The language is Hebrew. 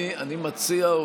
אני מציע,